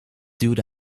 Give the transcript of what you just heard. duwde